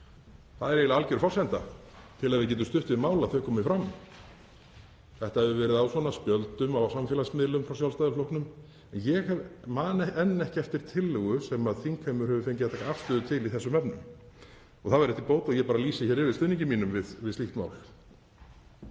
Það er eiginlega alger forsenda til að við getum stutt við mál að þau komi fram. Þetta hefur verið á svona spjöldum á samfélagsmiðlum frá Sjálfstæðisflokknum en ég man enn ekki eftir tillögu sem þingheimur hefur fengið að taka afstöðu til í þessum efnum. Það væri til bóta og ég lýsi yfir stuðningi mínum við slíkt mál.